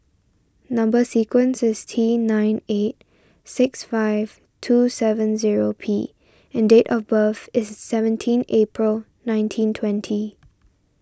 Number Sequence is T nine eight six five two seven zero P and date of birth is seventeen April nineteen twenty